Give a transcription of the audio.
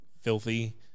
filthy